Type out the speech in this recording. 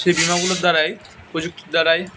সেই বিমাগুলির দ্বারাই প্রযুক্তি দ্বারাই